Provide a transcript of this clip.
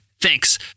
Thanks